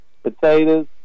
potatoes